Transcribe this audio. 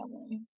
family